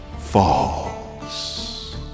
falls